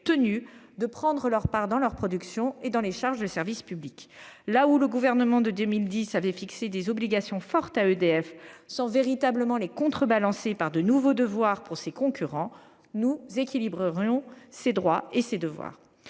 tenus de prendre leur part dans leur production et dans les charges de service public. Là où le gouvernement en place en 2010 avait fixé des obligations fortes à EDF sans véritablement les contrebalancer par de nouveaux devoirs pour ses concurrents, nous équilibrerions ces droits et ces devoirs.